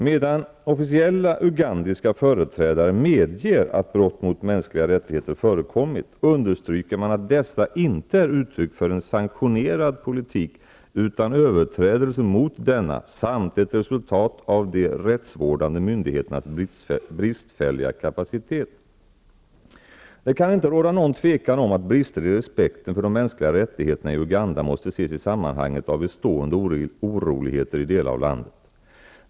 Medan officiella ugandiska företrädare medger att brott mot mänskliga rättigheter förekommit understryker man att dessa inte är uttryck för en sanktionerad politik utan är överträdelser mot denna samt ett resultat av de rättsvårdande myndigheternas bristfälliga kapacitet. Det kan inte råda något tvivel om att brister i respekten för de mänskliga rättigheterna i Uganda måste ses i sammanhanget av bestående oroligheter i delar av landet.